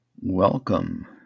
Welcome